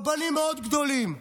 רבנים מאוד גדולים.